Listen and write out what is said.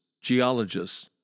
geologists